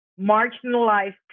marginalized